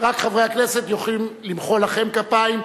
רק חברי הכנסת יכולים למחוא לכם כפיים,